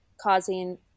causing